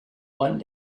one